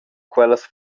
quellas